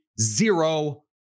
zero